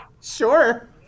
Sure